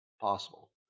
possible